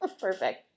Perfect